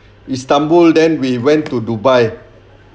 istanbul then we went to dubai